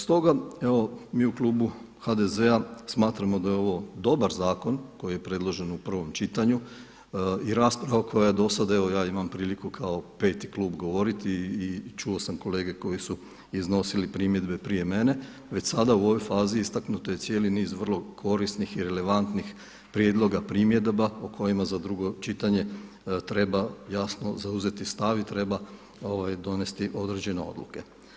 Stoga, evo mi u klubu HDZ-a smatramo da je ovo dobar zakon koji je predložen u prvom čitanju i rasprava koja je do sada, evo ja imam priliku kao 5. klub govoriti i čuo sam kolege koji su iznosili primjedbe prije mene, već sada u ovoj fazi istaknut je cijeli niz vrlo korisnik i relevantnim prijedloga, primjedba u kojima za drugo čitanje treba jasno zauzeti stav i treba donijeti određene odluke.